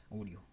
audio